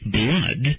blood